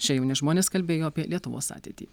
šie jauni žmonės kalbėjo apie lietuvos ateitį